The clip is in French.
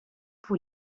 pour